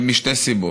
משתי סיבות: